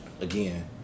again